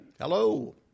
Hello